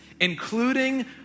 including